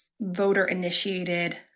voter-initiated